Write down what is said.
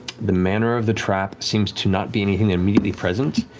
the manner of the trap seems to not be anything immediately present.